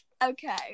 Okay